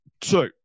two